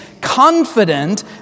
confident